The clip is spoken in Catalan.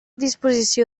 disposició